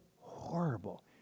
horrible